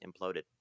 imploded